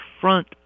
front